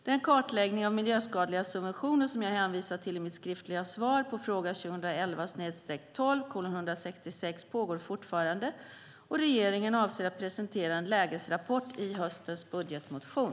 Den kartläggning av miljöskadliga subventioner som jag hänvisar till i mitt skriftliga svar på fråga 2011/12:166 pågår fortfarande, och regeringen avser att presentera en lägesrapport i höstens budgetproposition.